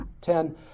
Ten